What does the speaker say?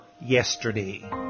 yesterday